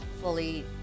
fully